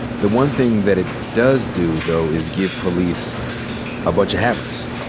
the one thing that it does do though is give police a bunch of hammers,